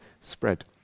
spread